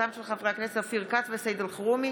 כמו כן,